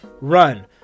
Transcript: run